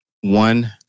one